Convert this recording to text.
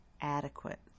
adequate